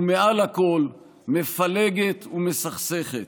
ומעל הכול, מפלגת ומסכסכת.